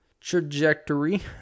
trajectory